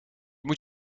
moet